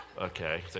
okay